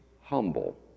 humble